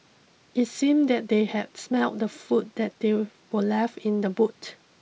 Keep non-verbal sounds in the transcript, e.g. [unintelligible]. it seemed that they had smelt the food that they [unintelligible] were left in the boot